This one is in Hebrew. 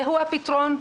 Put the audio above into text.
זה הפתרון.